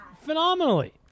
phenomenally